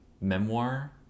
memoir